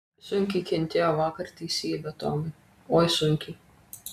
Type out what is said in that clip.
sunkiai kentėjo vakar teisybė tomai oi sunkiai